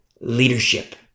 leadership